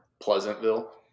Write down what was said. Pleasantville